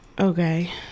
Okay